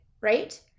right